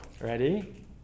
Ready